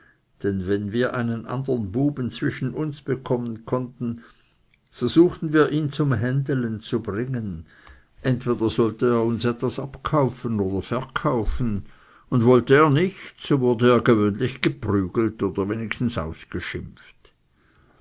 denn wenn wir einen andern buben zwischen uns bekommen konnten so suchten wir ihn zum händeln zu bringen entweder sollte er uns etwas abkaufen oder verkaufen und wollte er nicht so wurde er gewöhnlich geprügelt oder wenigstens ausgeschimpft